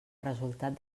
resultat